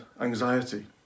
anxiety